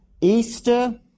Easter